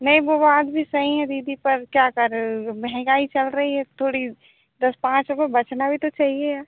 नहीं वो बात भी सही है दीदी पर क्या करें महंगाई चल रही है थोड़ी दस पाँच रुपए बचना भी तो चाहिए